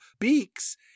Beaks